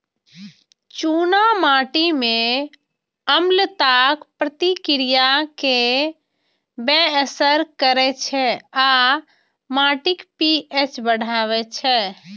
चूना माटि मे अम्लताक प्रतिक्रिया कें बेअसर करै छै आ माटिक पी.एच बढ़बै छै